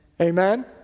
Amen